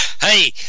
Hey